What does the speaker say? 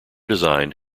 design